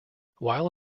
while